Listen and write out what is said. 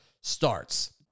starts